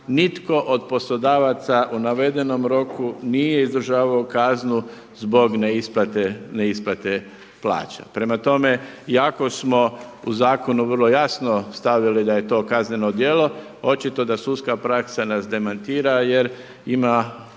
nitko od poslodavaca u navedenom roku nije izdržavao kaznu zbog neisplate plaća. Prema tome, iako smo u zakonu vrlo jasno stavili da je to kazneno djelo, očito da sudska praksa nas demantira jer ima